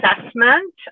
Assessment